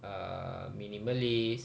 uh minimalist